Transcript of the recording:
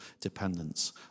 dependence